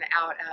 out